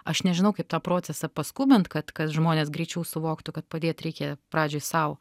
aš nežinau kaip tą procesą paskubint kad kad žmonės greičiau suvoktų kad padėt reikia pradžioj sau